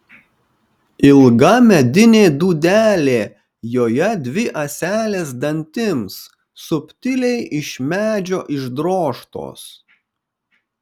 ilga medinė dūdelė joje dvi ąselės dantims subtiliai iš medžio išdrožtos